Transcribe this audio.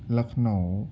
Lucknow